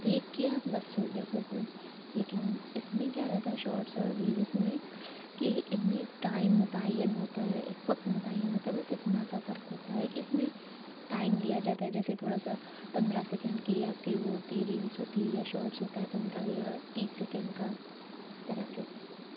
click کیا بس ہوگیا فوٹو لیکن اس میں کیا رہتا شارٹس اور ریلس میں کہ ان میں ایک ٹائم متعین ہوتا ہے ایک وقت متعین ہوتا ہے بس اتنا سا فرق ہوتا ہے کہ اس میں ٹائم دیا جاتا ہے جیسے تھوڑا سا پندرہ سکینڈ کی آپ کی وہ ہوتی ہے ریلس ہوتی ہے یا شارٹس ہوتا ہے پندرہ یا تیس سکینڈ کا اس طرح سے